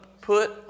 put